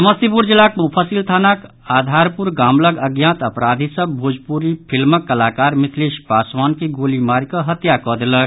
समस्तीपुर जिलाक मुफस्सिल थानाक आधारपुर गाम लग अज्ञात अपराधी सभ भोजपुरी फिल्मक कलाकार मिथिलेश पासवान के गोली मारिक हत्या कऽ देलक